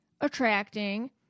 attracting